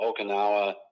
Okinawa